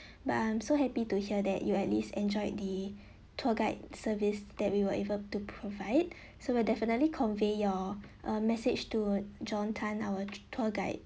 but I am so happy to hear that you at least enjoyed the tour guide service that we were able to provide so we're definitely convey your a message to john tan our tour guide